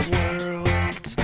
World